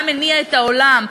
מה מניע את העולם,